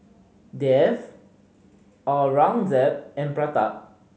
Dev Aurangzeb and Pratap